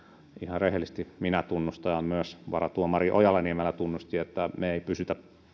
rehellisesti minä tunnustan ja myös varatuomari ojala niemelä tunnusti että me emme pysy